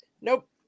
Nope